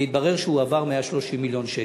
והתברר שהועברו 130 מיליון שקל.